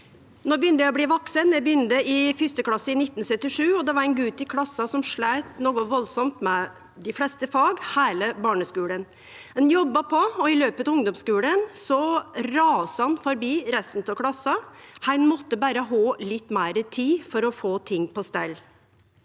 No begynner eg å bli vaksen; eg begynte i 1. klasse i 1977. Då var det ein gut i klassa som sleit noko valdsamt med dei fleste fag heile barneskulen. Han jobba på, og i løpet av ungdomsskulen rasa han forbi resten av klassa. Han måtte berre ha litt meir tid for å få ting på stell.